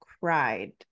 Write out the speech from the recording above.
cried